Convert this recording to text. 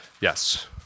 Yes